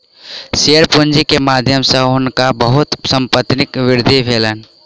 share पूंजी के माध्यम सॅ हुनका बहुत संपत्तिक वृद्धि भेलैन